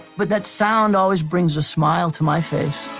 but that sound always brings a smile to my face.